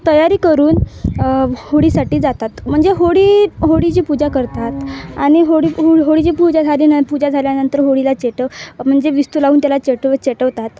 तयारी करून होळीसाठी जातात म्हणजे होळी होळीची पूजा करतात आणि होळी होळी होळीची पूजा झाली न पूजा झाल्यानंतर होळीला चेटव म्हणजे विस्तव लावून त्याला चेटव पेटवतात